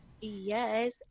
yes